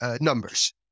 numbers